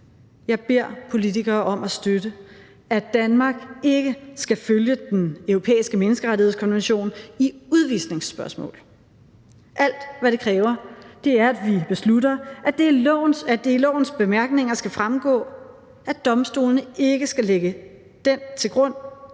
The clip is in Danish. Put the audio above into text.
Jeg beder politikere om at støtte, at Danmark ikke skal følge den europæiske menneskerettighedskonvention i udvisningsspørgsmål. Alt, hvad det kræver, er, at vi beslutter, at det i lovens bemærkninger skal fremgå, at domstolene ikke skal lægge den til grund